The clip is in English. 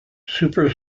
super